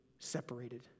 Separated